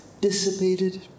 dissipated